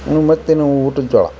ಇನ್ನು ಮತ್ತು ಇನ್ನು ಊಟದ್ ಜೋಳ